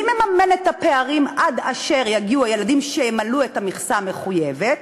מי מממן את הפערים עד אשר יגיעו הילדים שימלאו את המכסה המחויבת?